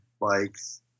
bikes